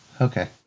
Okay